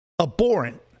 abhorrent